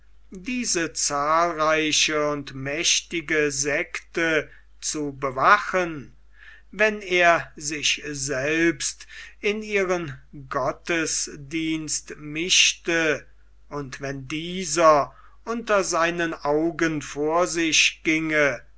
diese zahlreiche und mächtige sekte zu bewachen wenn er sich selbst in ihren gottesdienst mischte und wenn dieser unter seinen augen vor sich ginge